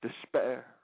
despair